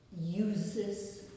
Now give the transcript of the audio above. uses